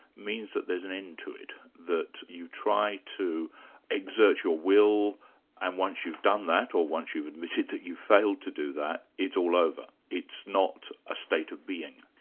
means that there's an end to it, that you try to exert your will and once you've done that, or once you've admitted that you've failed to do that, it's all over it's not a state of being.